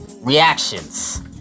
reactions